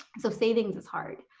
so saving is hard.